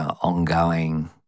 ongoing